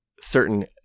certain